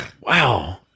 wow